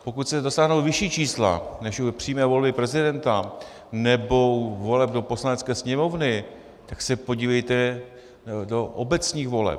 Pokud chcete dosáhnout vyšší čísla než u přímé volby prezidenta nebo u voleb do Poslanecké sněmovny, tak se podívejte do obecních voleb.